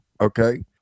okay